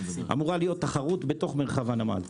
אמורה להיות תחרות בתוך מרחב הנמל.